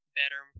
better